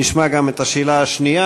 נשמע גם את השאלה השנייה.